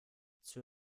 zur